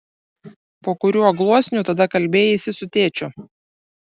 po kuriuo gluosniu tada kalbėjaisi su tėčiu